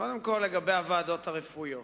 קודם כול, לגבי הוועדות הרפואיות,